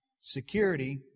security